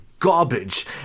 garbage